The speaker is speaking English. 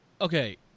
Okay